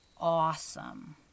awesome